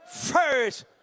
first